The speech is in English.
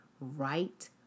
Right